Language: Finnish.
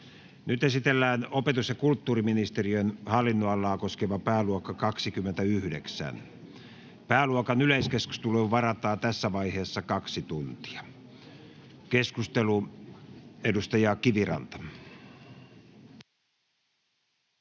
Nyt esitellään opetus- ja kulttuuriministeriön hallinnonalaa koskeva pääluokka 29. Pääluokan yleiskeskusteluun varataan tässä vaiheessa kaksi tuntia. — Keskustelu, edustaja Kiviranta.